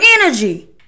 energy